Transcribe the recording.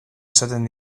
esaten